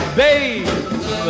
babe